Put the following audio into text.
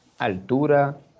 altura